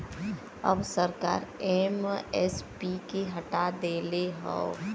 अब सरकार एम.एस.पी के हटा देले हौ